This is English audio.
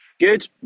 Good